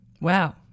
Wow